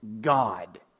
God